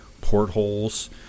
portholes